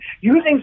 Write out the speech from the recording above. using